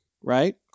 right